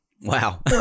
Wow